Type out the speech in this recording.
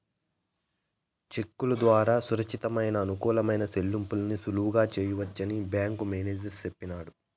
సెక్కుల దోరా సురచ్చితమయిన, అనుకూలమైన సెల్లింపుల్ని సులువుగా సెయ్యొచ్చని బ్యేంకు మేనేజరు సెప్పినాడు